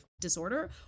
disorder